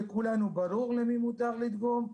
לכולנו ברור למי מותר לדגום,